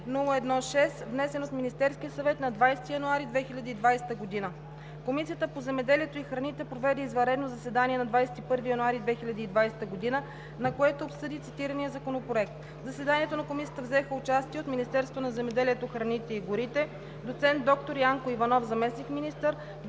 002-01-6, внесен от Министерския съвет на 20 януари 2020 г. Комисията по земеделието и храните проведе извънредно заседание на 21 януари 2020 г., на което обсъди цитирания законопроект. В заседанието на Комисията взеха участие – от Министерството на земеделието, храните и горите: доцент доктор Янко Иванов – заместник-министър,